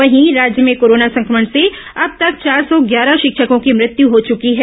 वहीं राज्य में कोरोना संक्रमण से अब तक चार सौ ग्यारह शिक्षको की मृत्यु हो चुकी है